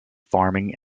farming